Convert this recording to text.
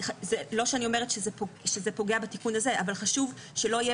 לא שאני אומרת שזה פוגע בתיקון הזה אבל חשוב שלא יהיה